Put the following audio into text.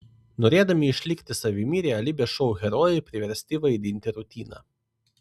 norėdami išlikti savimi realybės šou herojai priversti vaidinti rutiną